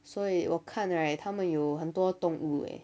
所以我看 right 他们有很多动物哦